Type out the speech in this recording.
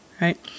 right